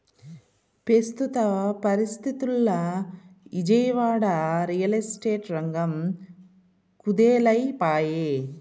పెస్తుత పరిస్తితుల్ల Vijayawada, real estate రంగం కుదేలై పాయె